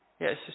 yes